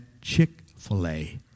Chick-fil-A